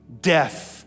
death